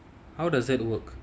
how does that work